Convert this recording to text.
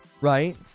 Right